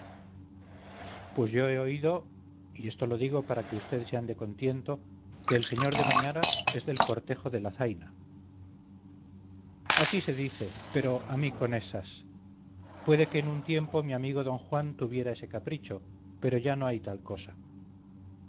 pues yo he oído y esto lo digo para que vd se ande con tiento que el sr de mañara es el cortejo de la zaina así se dice pero a mí con esas puede que en un tiempo mi amigo d juan tuviera ese capricho pero ya no hay tal cosa